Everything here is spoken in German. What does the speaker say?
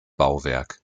bauwerk